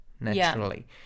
Naturally